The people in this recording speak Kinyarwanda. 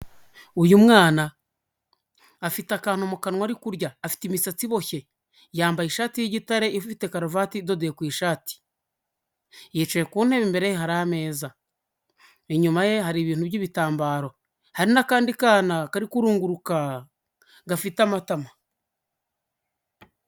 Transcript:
Uyu mwana afite akantu mu kanwa ari kurya, afite imisatsi iboshye, yambaye ishati y'igitare ifite karuvati idodeye ku ishati, yicaye ku ntebe, imbere hari ameza, inyuma ye hari ibintu by'ibitambaro, hari n'akandi kana kari kurunguruka gafite amatama.